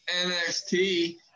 NXT